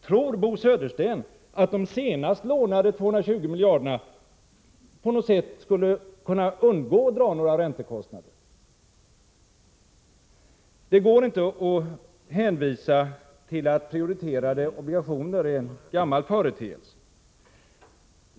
Tror Bo Södersten att de senast lånade 220 miljarderna på något sätt skulle kunna undgå att dra några räntekostnader? Det går inte att hänvisa till att prioriterade obligationer är en gammal företeelse.